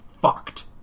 fucked